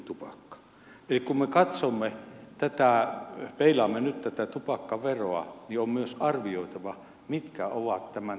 eli kun me katsomme tätä peilaamme nyt tätä tupakkaveroa niin on myös arvioitava mitkä ovat tämän terveysvaikutuksen kustannukset